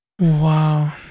Wow